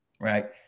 right